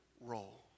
role